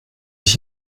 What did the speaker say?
ich